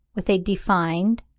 with a defined,